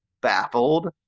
baffled